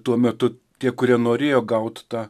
tuo metu tie kurie norėjo gaut tą